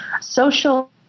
social